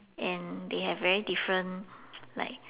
and they have very different like